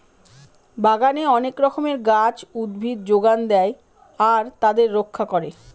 বাগানে অনেক রকমের গাছ, উদ্ভিদ যোগান দেয় আর তাদের রক্ষা করে